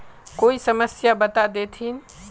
कोई समस्या बता देतहिन?